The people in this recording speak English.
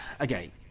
Okay